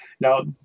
Now